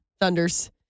thunders